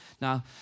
Now